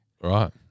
Right